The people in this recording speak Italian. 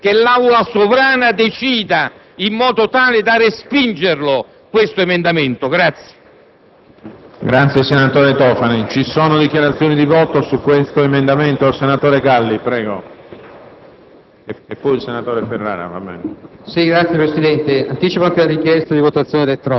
Come si può non rispondere ad esigenze così importanti e pregnanti, dicendo che non vi sono disponibilità? Stiamo parlando di pochissime e minime cifre. Allora, sollecito il Governo a ritirare questo emendamento